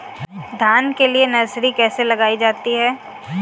धान के लिए नर्सरी कैसे लगाई जाती है?